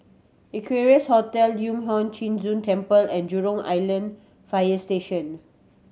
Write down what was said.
Equarius Hotel Yu Huang Zhi Zun Temple and Jurong Island Fire Station